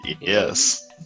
Yes